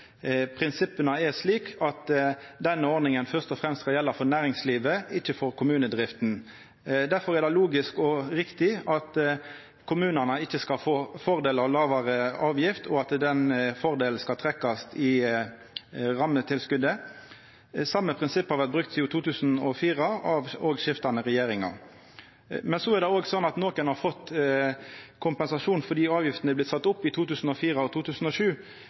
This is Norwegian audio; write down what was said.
prinsippet er slik at denne ordninga først og fremst skal gjelda for næringslivet, ikkje for kommunedrifta. Derfor er det logisk og riktig at kommunane ikkje skal få fordel av lågare avgift, og at den fordelen skal trekkjast i rammetilskotet. Det same prinsippet har vore brukt sidan 2004 – av skiftande regjeringar. Det er også slik at nokon har fått kompensasjon fordi avgiftene vart sette opp i 2004 og 2007.